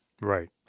Right